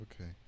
Okay